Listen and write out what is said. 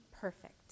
perfect